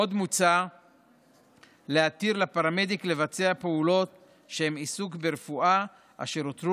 עוד מוצע להתיר לפרמדיקים לבצע פעולות שהן עיסוק ברפואה אשר הותרו